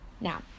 Now